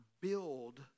build